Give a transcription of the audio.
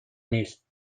نیست